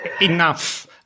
enough